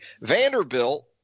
Vanderbilt